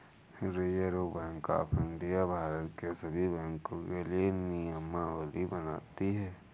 reserve Bank of India Bharat के सभी बैंकों के लिए नियमावली बनाती है